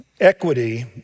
Equity